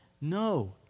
No